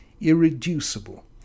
irreducible